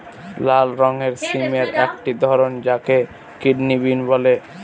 লাল রঙের সিমের একটি ধরন যাকে কিডনি বিন বলে